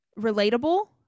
relatable